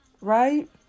Right